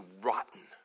rotten